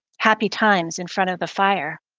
happy times in front of the fire.